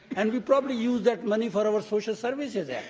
and we'll probably use that money for our social services here,